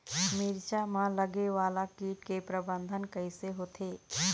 मिरचा मा लगे वाला कीट के प्रबंधन कइसे होथे?